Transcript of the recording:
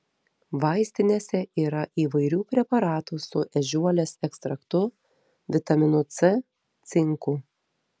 vaistinėse yra įvairių preparatų su ežiuolės ekstraktu vitaminu c cinku